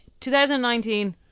2019